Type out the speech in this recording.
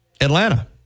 Atlanta